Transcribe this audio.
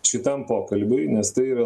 šitam pokalbiui nes tai yra